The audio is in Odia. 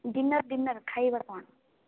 ଡିନର୍ ଡିନର୍ ଖାଇବା କ'ଣ